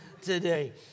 today